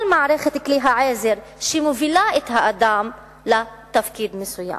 מערכת כלי העזר שמובילה את האדם לתפקיד מסוים.